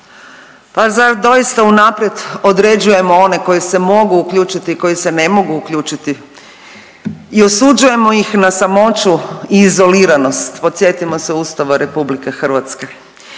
Pa zar doista unaprijed određujemo one koji se mogu uključiti i koji se ne mogu uključiti i osuđujemo ih na samoću i izoliranost. Podsjetimo se Ustava RH.